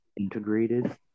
integrated